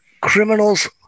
criminals